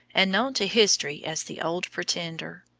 and known to history as the old pretender.